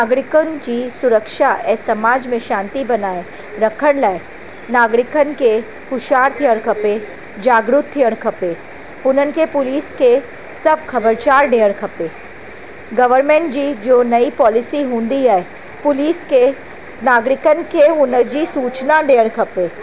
नागरिकनि जी सुरक्षा ऐं समाज में शांती बनाए रखण लाइ नागरिकनि खे होशियारु थियण खपे जागरूक थियणु खपे हुननि खे पुलिस खे सभु ख़बरचार ॾियणु खपे गवरमेंट जी जो नई पॉलिसी हूंदी आहे पुलिस खे नागरिकनि खे हुनजी सूचना ॾियणु खपे